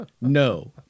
no